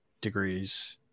degrees